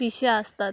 पिशे आसतात